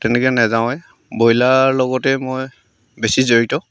তেনেকৈ নেযাওঁৱেই ব্ৰইলাৰ লগতে মই বেছি জড়িত